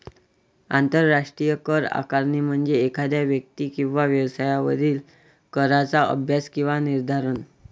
आंतरराष्ट्रीय कर आकारणी म्हणजे एखाद्या व्यक्ती किंवा व्यवसायावरील कराचा अभ्यास किंवा निर्धारण